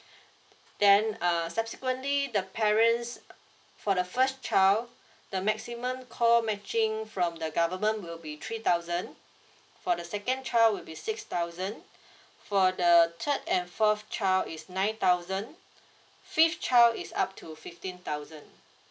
then uh subsequently the parents for the first child the maximum call matching from the government will be three thousand for the second child would be six thousand for the third and fourth child is nine thousand fifth child is up to fifteen thousand